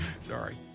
Sorry